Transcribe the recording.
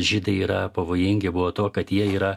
žydai yra pavojingi buvo tuo kad jie yra